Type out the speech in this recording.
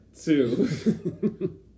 Two